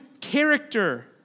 character